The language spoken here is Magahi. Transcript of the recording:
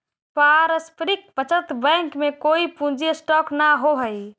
पारस्परिक बचत बैंक में कोई पूंजी स्टॉक न होवऽ हई